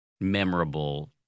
memorable